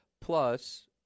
Plus